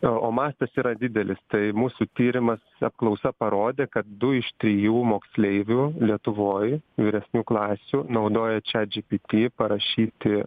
o o mastas yra didelis tai mūsų tyrimas apklausa parodė kad du iš trijų moksleivių lietuvoj vyresnių klasių naudojo chat gpt parašyti